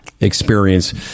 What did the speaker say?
experience